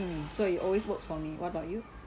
mm so it always work for me what about you